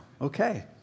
Okay